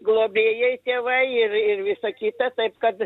globėjai tėvai ir ir visa kita taip kad